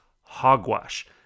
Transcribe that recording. hogwash